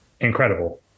incredible